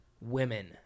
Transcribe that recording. women